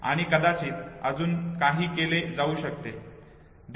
आणि कदाचित अजून काही केले जाऊ शकते